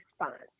response